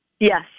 Yes